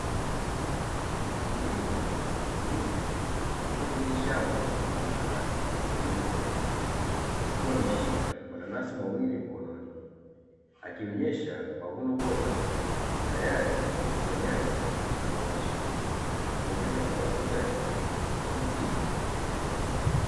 Mkulima wa kiume yupo kwenye shamba la mananasi yaliyokomaa, akiwa ameshika mananasi mawili mkononi. Akionyesha mavuno bora tayari kwa ukusanyaji na mauzo na kuongeza kipato chake kwa njia endelevu.